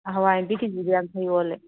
ꯍꯋꯥꯏꯃꯨꯕꯤ ꯀꯦꯖꯤꯗ ꯌꯥꯡꯈꯩ ꯑꯣꯜꯂꯦ